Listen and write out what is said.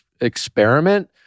experiment